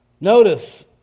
Notice